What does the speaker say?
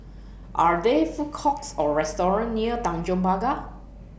Are There Food Courts Or restaurants near Tanjong Pagar